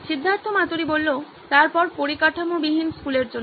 সিদ্ধার্থ মাতুরি তারপর পরিকাঠামোবিহীন স্কুলের জন্য